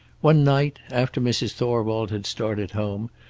one night, after mrs. thorwald had started home,